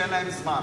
שאין להם זמן.